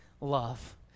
love